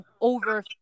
over